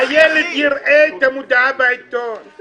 הילד יראה את המודעה בעיתון.